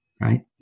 right